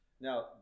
Now